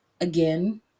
again